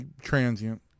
transient